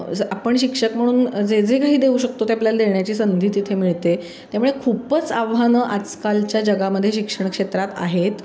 आपण शिक्षक म्हणून जे जे काही देऊ शकतो ते आपल्याला देण्याची संधी तिथे मिळते त्यामुळे खूपच आव्हानं आजकालच्या जगामध्ये शिक्षण क्षेत्रात आहेत